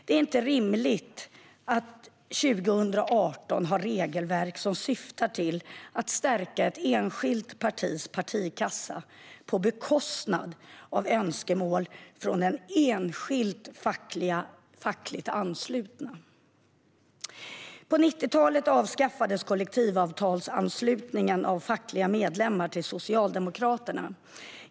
Det är inte rimligt att vi 2018 ska ha regelverk som syftar till att stärka ett enskilt partis partikassa på bekostnad av önskemål från de enskilt fackligt anslutna. På 90-talet avskaffades kollektivavtalsanslutningen av fackliga medlemmar till Socialdemokraterna.